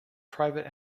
private